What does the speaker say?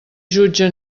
jutge